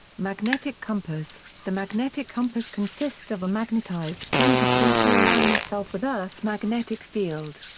magnetic compass the magnetic compass consists of a magnetized pointer free to align itself with earth's magnetic field.